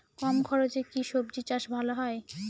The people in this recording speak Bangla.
কম খরচে কি সবজি চাষ ভালো হয়?